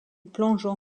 plongeon